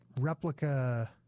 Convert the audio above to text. replica